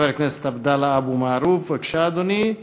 חבר הכנסת עבדאללה אבו מערוף, בבקשה, אדוני,